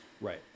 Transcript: Right